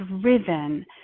driven